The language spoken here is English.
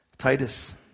Titus